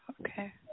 okay